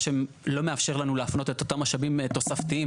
מה שלא מאפשר לנו להפנות את אותם משאבים תוספתיים,